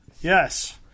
Yes